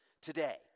today